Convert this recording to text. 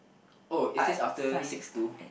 oh it says after six two